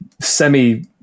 semi